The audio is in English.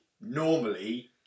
normally